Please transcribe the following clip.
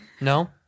No